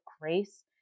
grace